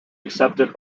accepted